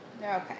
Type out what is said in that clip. Okay